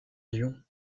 lyon